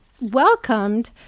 welcomed